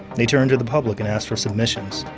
they turned to the public and asked for submissions.